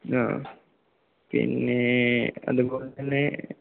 ആ പിന്നേ അതുപോലതന്നെ